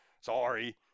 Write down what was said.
sorry